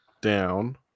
down